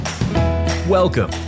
Welcome